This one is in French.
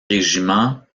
régiment